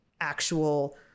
actual